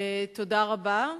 תודה רבה.